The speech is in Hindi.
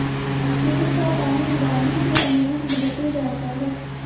खेत का पानी ढालू के अनुरूप बहते जाता है